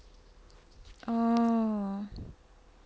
oh